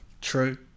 True